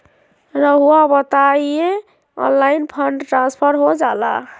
रहुआ बताइए online fund transfer हो जाला?